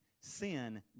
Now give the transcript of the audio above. Sin